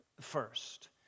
First